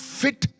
fit